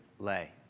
Lay